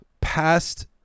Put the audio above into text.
past